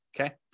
okay